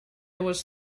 was